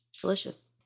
delicious